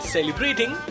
Celebrating